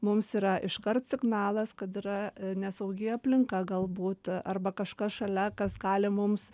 mums yra iškart signalas kad yra nesaugi aplinka galbūt arba kažkas šalia kas gali mums